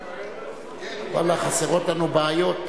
ואללה, חסרות לנו בעיות?